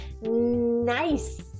nice